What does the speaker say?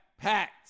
Packed